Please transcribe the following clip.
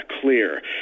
clear